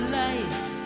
life